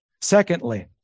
Secondly